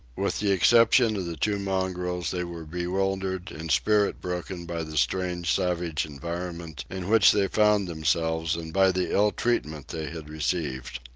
with the exception of the two mongrels, they were bewildered and spirit-broken by the strange savage environment in which they found themselves and by the ill treatment they had received.